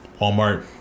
Walmart